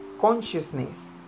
consciousness